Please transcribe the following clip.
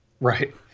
Right